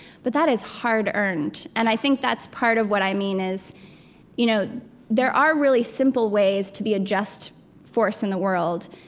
but that is hard-earned. and i think that's part of what i mean is you know there are really simple ways to be a just force in the world,